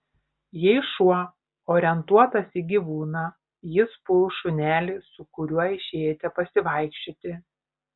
jei šuo orientuotas į gyvūną jis puls šunelį su kuriuo išėjote pasivaikščioti